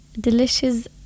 delicious